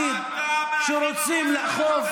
למשטרה, 1,100 תקנים, תדבר לחברים שלך,